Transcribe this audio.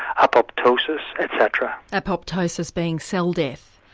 apoptosis et cetera. apoptosis being cell death.